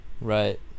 right